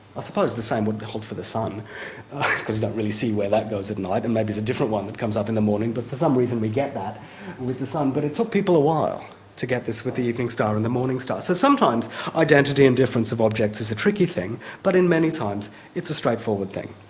ah suppose the same would hold for the sun because you don't really see where that goes at night, and maybe there's a different one that comes up in the morning, but for some reason we get that with the sun. but it took people a while to get this with the evening star and the morning star. so sometimes identity and difference of objects is a tricky thing, but in many times it's a straightforward thing.